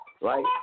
Right